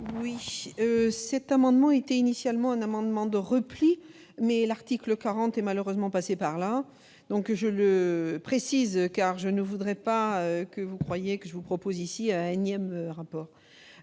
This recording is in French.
Cet amendement était initialement un amendement de repli, mais l'article 40 est malheureusement passé par là. Je le précise, car je ne voudrais pas que vous croyiez que je vous propose ici un énième rapport